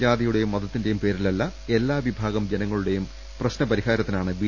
ജാതിയുടെയും മതത്തിന്റെയും പേരിലല്ല എല്ലാ വിഭാഗം ജനങ്ങളുടെയും പ്രശ്ന പരിഹാരത്തിനാണ് ബി